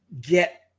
get